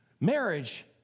marriage